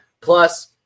plus